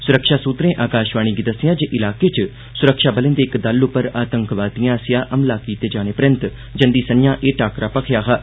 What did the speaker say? सुरक्षा सुत्तरें आकाशवाणी गी दस्सेया जे इलाके च सुरक्षाबलें दे इक दल पर आतंकवादिएं आसेआ हमला कीते जाने परैंत जंदी संत्रां ए टाक्करा मखेआ हा